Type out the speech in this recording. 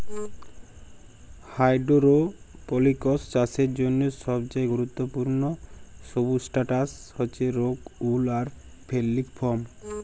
hydroponics চাষের জ্যনহে সবচাঁয়ে গুরুত্তপুর্ল সুবস্ট্রাটাস হছে রোক উল আর ফেললিক ফম